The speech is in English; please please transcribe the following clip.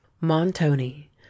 montoni